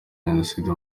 jenoside